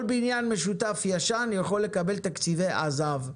כל בניין משותף ישן יכול לקבל תקציבי עז"ב,